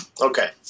Okay